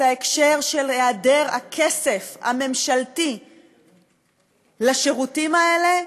את ההקשר של היעדר הכסף הממשלתי לשירותים האלה,